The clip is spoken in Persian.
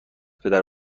پدر